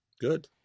Good